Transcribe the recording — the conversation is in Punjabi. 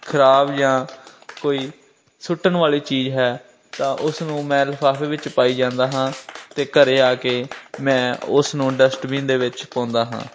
ਖਰਾਬ ਜਾਂ ਕੋਈ ਸੁੱਟਣ ਵਾਲੀ ਚੀਜ਼ ਹੈ ਤਾਂ ਉਸ ਨੂੰ ਮੈਂ ਲਿਫਾਫੇ ਵਿੱਚ ਪਾਈ ਜਾਂਦਾ ਹਾਂ ਅਤੇ ਘਰ ਆ ਕੇ ਮੈਂ ਉਸ ਨੂੰ ਡਸਟਬੀਨ ਦੇ ਵਿੱਚ ਪਾਉਂਦਾ ਹਾਂ